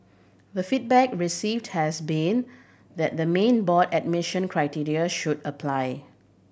the feedback received has been that the main board admission criteria should apply